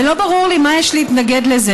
ולא ברור לי מה יש להתנגד לזה,